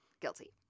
guilty